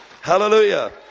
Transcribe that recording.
Hallelujah